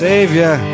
Savior